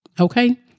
Okay